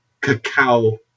cacao